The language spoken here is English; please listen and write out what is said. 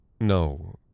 No